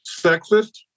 sexist